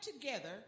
together